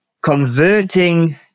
converting